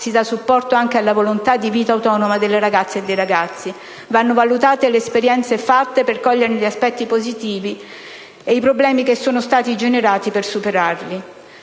si dà supporto anche alla volontà di vita autonoma delle ragazze e dei ragazzi. Vanno valutate le esperienze fatte per coglierne gli aspetti positivi e i problemi che sono stati generati per superarli.